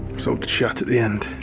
so shut at the end.